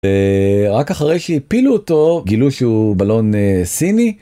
רק אחרי שהפילו אותו גילו שהוא בלון סיני.